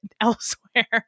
elsewhere